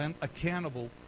accountable